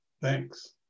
thanks